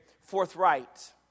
forthright